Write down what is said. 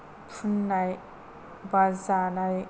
फुननाय एबा जानाय